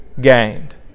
gained